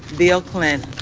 bill clinton